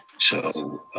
so